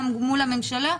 גם מול הממשלה,